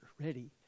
ready